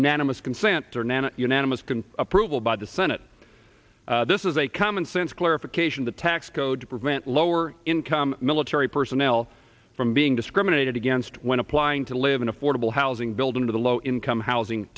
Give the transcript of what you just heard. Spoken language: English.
unanimous consent or nan a unanimous can approval by the senate this is a commonsense clarification the tax code to prevent lower income military personnel from being discriminated against when applying to live in affordable housing built into the low income housing